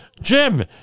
Jim